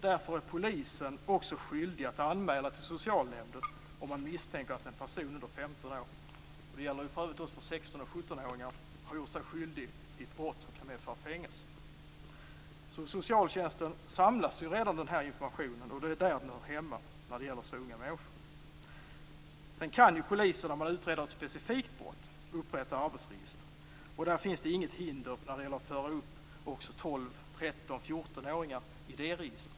Därför är polisen också skyldig att anmäla till socialnämnden om man misstänker att en person under 15 år - det gäller också för 16 och 17-åringar - har gjort sig skyldig till ett brott som kan medföra fängelse. Hos socialtjänsten samlas ju den här informationen, och det är där som den hör hemma när det gäller så unga människor. Sedan kan ju polisen, när man utreder ett specifikt brott, upprätta arbetsregister. Och det finns det inget hinder mot att föra upp också 12-, 13 och 14-åringar i det registret.